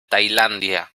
tailandia